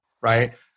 right